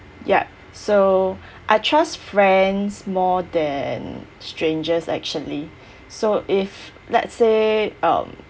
yup so I trust friends more than strangers actually so if let's say um